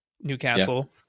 Newcastle